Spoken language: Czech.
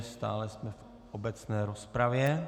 Stále jsme v obecné rozpravě.